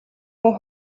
хүн